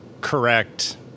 correct